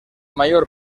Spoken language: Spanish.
mayor